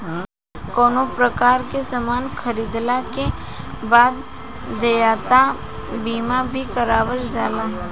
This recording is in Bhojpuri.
कवनो प्रकार के सामान खरीदला के बाद देयता बीमा भी करावल जाला